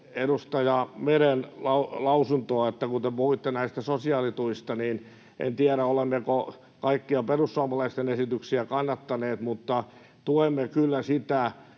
edustaja Meren lausuntoa, että kun te puhuitte näistä sosiaalituista, niin en tiedä, olemmeko kaikkia perussuomalaisten esityksiä kannattaneet, mutta tuemme kyllä sitä